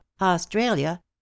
Australia